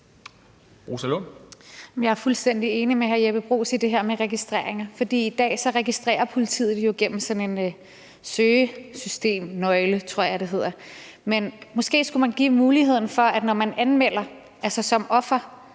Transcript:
Jeg er fuldstændig enig med hr. Jeppe Bruus i det her med registreringer, for i dag registrerer politiet jo igennem sådan en søgesystemnøgle, tror jeg det hedder, men måske skulle vi give muligheden for, at man som offer,